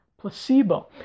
placebo